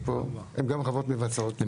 הן גם חברות מבצעות.